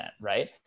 right